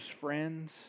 friends